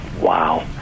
wow